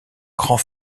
grand